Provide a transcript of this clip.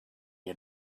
you